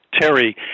Terry